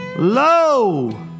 low